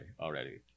already